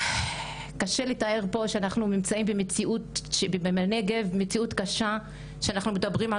קשה לתאר פה שאנחנו נמצאים בנגב במציאות קשה כשאנחנו מדברים על